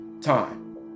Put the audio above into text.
time